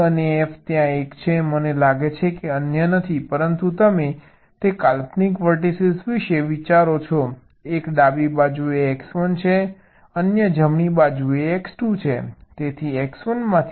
E અને F ત્યાં એક છે મને લાગે છે કે અન્ય નથી પરંતુ તમે તે કાલ્પનિક વર્ટીસીઝ વિશે વિચારો છો એક ડાબી બાજુએ x1 છે અન્ય જમણી બાજુએ x2 છે